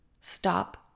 Stop